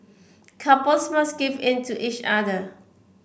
couples must give in to each other